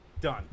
done